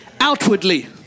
outwardly